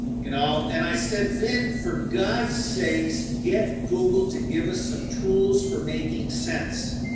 you know and i said, vint, for god sakes get google to give us some tools for making sense.